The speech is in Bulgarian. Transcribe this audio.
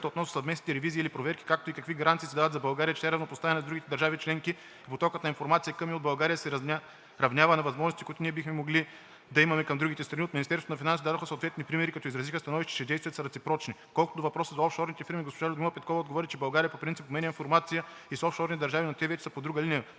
относно съвместните ревизии или проверки, както и какви гаранции се дават за България, че тя е равнопоставена с другите държави членки и потокът на информация към и от България се равнява на възможностите, които ние бихме имали към другите страни, от Министерството на финансите дадоха съответните примери, като изразиха становище, че действията са реципрочни. Колкото до въпроса за офшорните фирми, госпожа Людмила Петкова отговори, че България по принцип обменя информация и с офшорни държави, но те вече са по друга линия